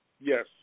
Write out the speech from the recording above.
Yes